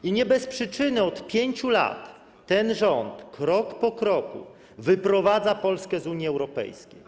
I nie bez przyczyny od 5 lat ten rząd, krok po kroku, wyprowadza Polskę z Unii Europejskiej.